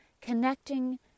connecting